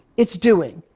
it's doing.